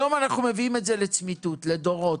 היום אנחנו מביאים את זה לצמיתות, לדורות.